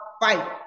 fight